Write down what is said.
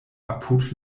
apud